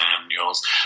manuals